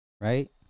Right